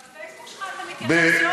בפייסבוק שלך אתה מתייחס יופי.